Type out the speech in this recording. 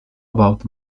about